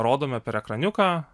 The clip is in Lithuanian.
rodome per ekraniuką